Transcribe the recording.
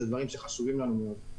שתי בעיות: